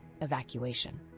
evacuation